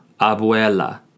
abuela